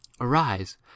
arise